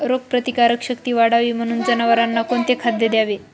रोगप्रतिकारक शक्ती वाढावी म्हणून जनावरांना कोणते खाद्य द्यावे?